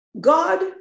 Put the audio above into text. God